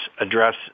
address